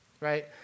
right